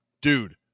dude